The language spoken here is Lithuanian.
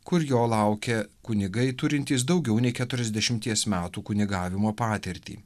kur jo laukia kunigai turintys daugiau nei keturiasdešimties metų kunigavimo patirtį